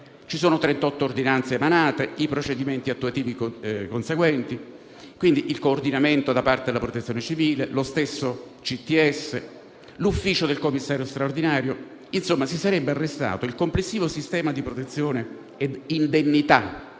Ci sono 38 ordinanze emanate, i procedimenti attuativi conseguenti, il coordinamento da parte della Protezione civile, lo stesso Comitato tecnico scientifico (CTS), l'ufficio del Commissario straordinario. Insomma si sarebbe arrestato il complessivo sistema di protezione ed indennità